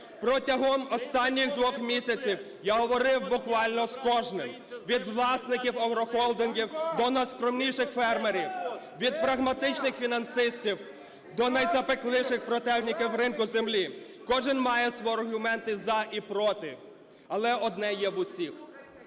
Протягом останніх два місяців я говорив буквально з кожним: від власників агрохолдингів до найскромніших фермерів, від прагматичних фінансистів до найзапекліших противників ринку землі – кожен має свої аргументи "за" і "проти". Але одне є в усіх